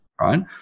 right